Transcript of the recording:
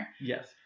Yes